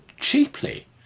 cheaply